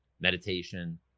meditation